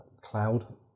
Cloud